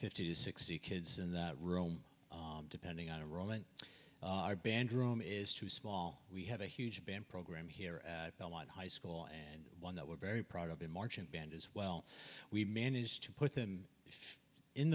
fifty to sixty kids in the room depending on a roman our band room is too small we have a huge band program here at belmont high school and one that we're very proud of in marching band as well we managed to put them in